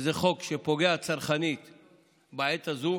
שזה חוק שפוגע צרכנית בעת הזאת,